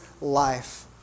life